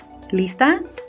Lista